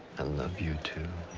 love you, too.